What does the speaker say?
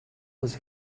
was